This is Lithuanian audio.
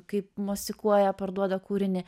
kaip mosikuoja parduoda kūrinį